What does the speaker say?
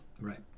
Right